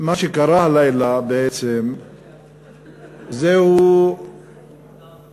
מה שקרה הלילה זהו צעד